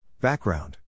Background